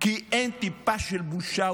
כי אין טיפה של בושה.